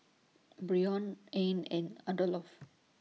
Brion Anne and Adolph